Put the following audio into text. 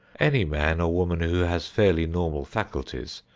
any man or woman who has fairly normal faculties,